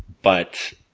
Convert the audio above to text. but,